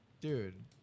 Dude